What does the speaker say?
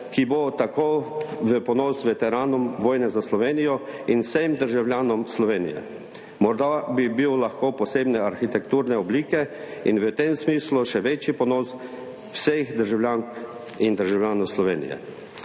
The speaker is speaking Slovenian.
ki bo tako v ponos veteranom vojne za Slovenijo in vsem državljanom Slovenije. Morda bi bil lahko posebne arhitekturne oblike in v tem smislu še večji ponos vseh državljank in državljanov Slovenije.